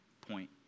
point